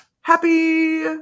Happy